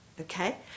okay